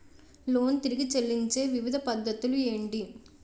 Loan తిరిగి చెల్లించే వివిధ పద్ధతులు ఏంటి?